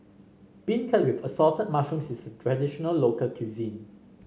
beancurd with Assorted Mushrooms is a traditional local cuisine